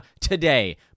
today